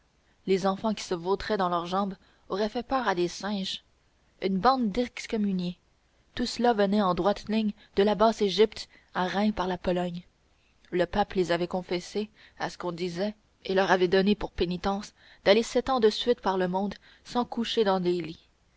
les enfants qui se vautraient dans leurs jambes auraient fait peur à des singes une bande d'excommuniés tout cela venait en droite ligne de la basse égypte à reims par la pologne le pape les avait confessés à ce qu'on disait et leur avait donné pour pénitence d'aller sept ans de suite par le monde sans coucher dans des lits